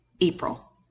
April